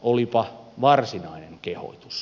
olipa varsinainen kehotus